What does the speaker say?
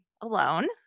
alone